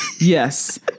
yes